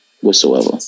whatsoever